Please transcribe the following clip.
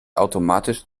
automatisch